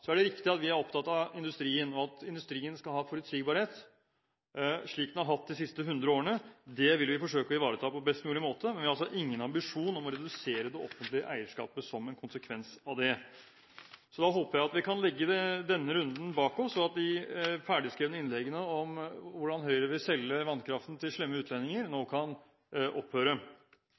Så er det riktig at vi er opptatt av industrien, og at industrien skal ha forutsigbarhet, slik den har hatt de siste hundre årene. Det vil vi forsøke å ivareta på best mulig måte, men vi har altså ingen ambisjon om å redusere det offentlige eierskapet som en konsekvens av det. Da håper jeg at vi kan legge denne runden bak oss, og at de ferdigskrevne innleggene om hvordan Høyre vil selge vannkraften til slemme utlendinger, nå kan opphøre.